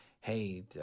hey